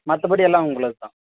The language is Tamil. மற்றபடி எல்லா உங்களது தான்